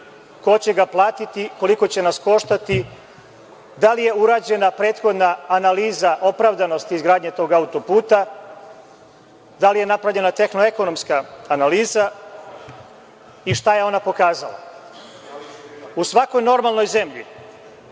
ko će ga platiti, koliko će nas koštati? Da li je urađena prethodna analiza opravdanosti izgradnje tog autoputa, da li je napravljena tehno-ekonomska analiza? I šta je ona pokazala?U svakoj normalnoj zemlji